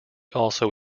also